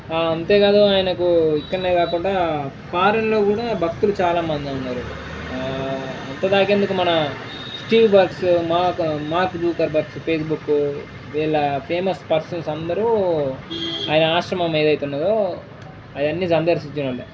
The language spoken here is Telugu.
అంతేకాదు ఆయనకు ఇక్కడే కాకుండా ఫారెన్లో కూడా భక్తులు చాలా మంది ఉన్నారు అంతదాకేందుకు మన స్టీవ్ బక్స్ మార్క్ మార్క్ జుకర్బర్గ్ ఫేస్బుక్ వీళ్ళు ఫేమస్ పర్సన్స్ అందరూ ఆయన ఆశ్రమం ఏదైతే ఉన్నదో అవన్నీ సందర్శించన వాళ్ళే